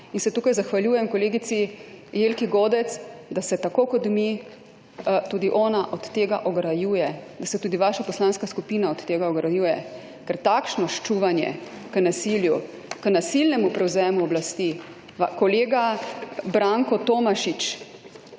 In se tukaj zahvaljujem kolegici Jelki Godec, da se tako kot mi tudi ona od tega ograjuje, da se tudi vaša poslanska skupina od tega ograjuje. Ker takšno ščuvanje k nasilju, k nasilnemu prevzemu oblasti … Kolega Branko Tomašič